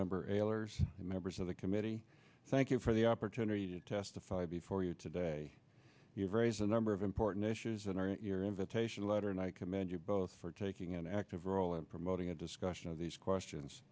member ehlers members of the committee thank you for the opportunity to testify before you today you've raised a number of important issues and are your invitation letter and i commend you both for taking an active role in promoting a discussion of these questions